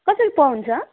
कसरी पावा हुन्छ